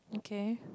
okay